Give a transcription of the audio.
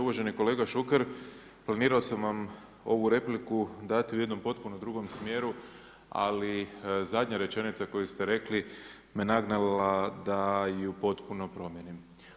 Uvaženi kolega Šuker, planirao sam vam ovu repliku dati u jednom potpuno drugom smjeru, ali zadnja rečenica koju ste rekli me nagnala da ju potpuno promijenim.